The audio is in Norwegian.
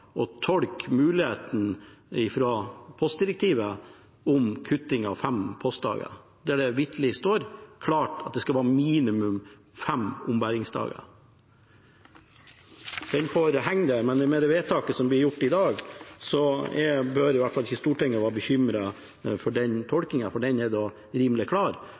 å tolke muligheten i postdirektivet om kutting av fem postdager, der det vitterlig står klart at det skal være minimum fem ombæringsdager. Den får henge der, men med vedtaket som blir gjort i dag, bør Stortinget i alle fall ikke være bekymret for den tolkingen. Den er rimelig klar.